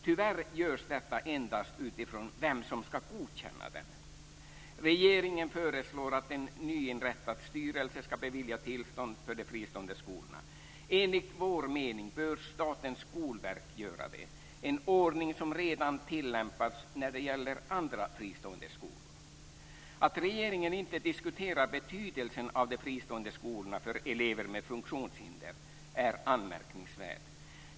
Tyvärr görs detta endast utifrån vem som ska godkänna dem. Regeringen föreslår att en nyinrättad styrelse ska bevilja tillstånd för de fristående skolorna. Enligt vår mening bör Statens skolverk göra det, en ordning som redan tillämpas när det gäller andra fristående skolor. Att regeringen inte diskuterar betydelsen av de fristående skolorna för elever med funktionshinder är anmärkningsvärt.